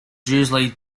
usually